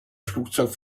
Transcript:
flugzeug